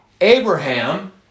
Abraham